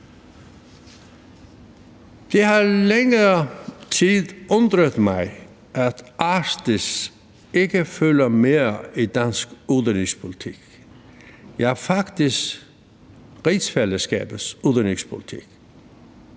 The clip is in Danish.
Det har i længere tid undret mig, at Arktis ikke fylder mere i dansk udenrigspolitik, ja, faktisk i rigsfællesskabets udenrigspolitik.